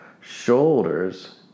shoulders